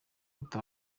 gute